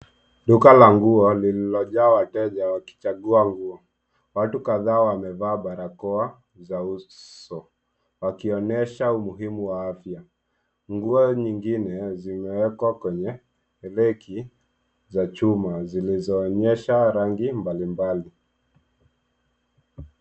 Duka la nguo lililojaa wateja wakichagua nguo. Watu kadhaa wamevaa barakoa, za uso wakionyesha umuhimu wa afya. Nguo nyingine zimewekwa kwenye begi, za chuma zilizoonyesha rangi mbalimbali.